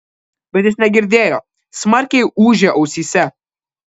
bet jis negirdėjo smarkiai ūžė ausyse